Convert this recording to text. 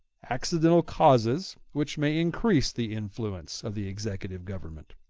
accidental causes which may increase the influence of the executive government